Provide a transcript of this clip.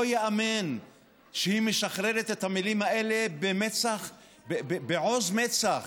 לא ייאמן שהיא משחררת את המילים האלה בעוז מצח,